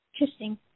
Interesting